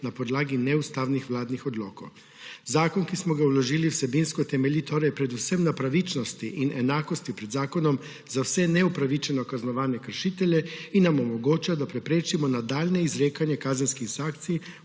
na podlagi neustavnih vladnih odlokov. Zakon, ki smo ga vložili, vsebinsko temelji torej predvsem na pravičnosti in enakosti pred zakonom za vse neupravičeno kaznovane kršitelje in nam omogoča, da preprečimo nadaljnje izrekanje kazenskih sankcij